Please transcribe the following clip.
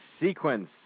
sequence